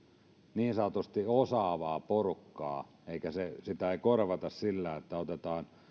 niin sanotusti osaavaa porukkaa eikä sitä korvata sillä että otetaan